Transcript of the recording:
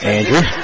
Andrew